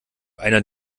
einer